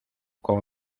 con